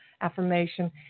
affirmation